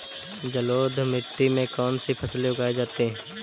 जलोढ़ मिट्टी में कौन कौन सी फसलें उगाई जाती हैं?